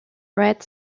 red